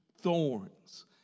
thorns